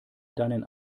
deinen